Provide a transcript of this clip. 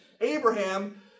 Abraham